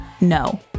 no